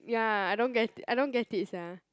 ya I don't get I don't get it sia